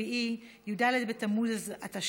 12 בעד, אין מתנגדים, אין נמנעים.